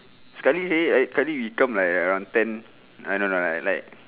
sekali actually sekali we come like around ten I don't know like like